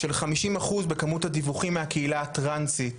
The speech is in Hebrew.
של 50% בכמות הדיווחים מהקהילה הטרנסית,